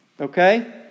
Okay